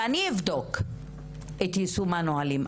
ואני אבדוק את יישום הנהלים.